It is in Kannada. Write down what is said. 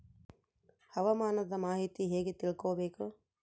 ಹವಾಮಾನದ ಮಾಹಿತಿ ಹೇಗೆ ತಿಳಕೊಬೇಕು?